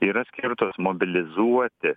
yra skirtos mobilizuoti